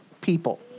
people